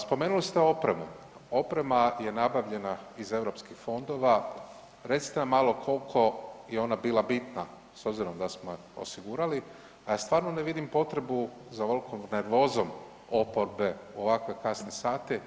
Spomenuli ste opremu, oprema je nabavljena iz EU fondova, recite nam malo koliko je ona bila bitna s obzirom da smo ju osigurali, a ja stvarno ne vidim potrebu za ovolkom nervozom oporbe u ovakve kasne sate.